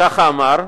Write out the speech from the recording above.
כך אמר,